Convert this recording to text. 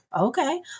okay